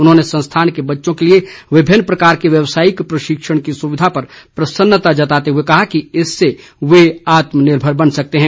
उन्होंने संस्थान के बच्चों के लिए विभिन्न प्रकार के व्यवसायिक प्रशिक्षण की सुविधा पर प्रसन्नता जताते हुए कहा कि इससे वे आत्मनिर्भर बन सकते है